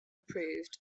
approved